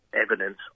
evidence